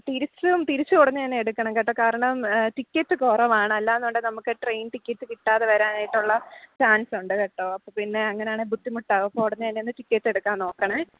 തിരിച്ചും തിരിച്ചും ഉടനെ തന്നെ എടുക്കണം കേട്ടോ കാരണം ടിക്കറ്റ് കുറവാണ് അല്ല എന്നുണ്ടെങ്കിൽ നമുക്ക് ട്രെയിൻ ടിക്കറ്റ് കിട്ടാതെ വരാനായിട്ടുള്ള ചാൻസ് ഉണ്ട് കേട്ടോ അപ്പോൾ പിന്നെ അങ്ങനെയാണെ ബുദ്ധിമുട്ടാവും അപ്പോൾ ഉടനെ തന്നെ ഒന്ന് ടിക്കറ്റ് എടുക്കാൻ നോക്കണേ